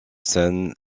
scènes